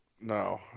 No